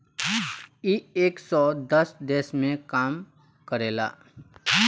इ एक सौ दस देश मे काम करेला